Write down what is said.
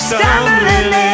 Stumbling